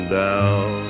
down